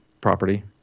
property